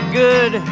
good